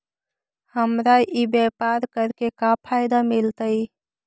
हमरा ई व्यापार करके का फायदा मिलतइ?